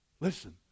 Listen